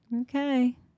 okay